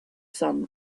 sun